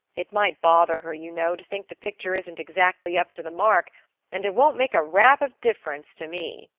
it might bother her, you know, to think the picture isn't exactly up to the mark and it won't make a rap of difference to me.